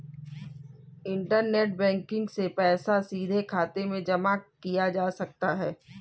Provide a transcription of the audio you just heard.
internet banking से पैसा सीधे खाते में जमा किया जा सकता है